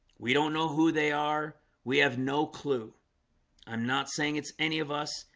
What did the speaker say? we don't know who they are we have no clue i'm, not saying it's any of us.